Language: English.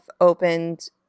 opened